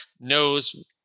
knows